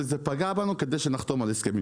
וזה פגע בנו כדי שנחתום על הסכמים.